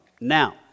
Now